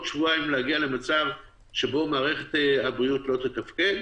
שבועיים להגיע למצב שבו מערכת הבריאות לא תתפקד,